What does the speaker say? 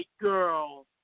girl